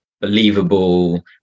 believable